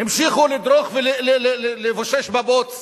המשיכו לדרוך ולבוסס בבוץ